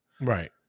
right